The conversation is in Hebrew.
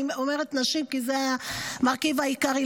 אני אומרת נשים כי זה המרכיב העיקרי,